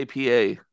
APA